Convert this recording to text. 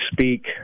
speak